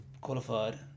qualified